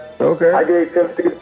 Okay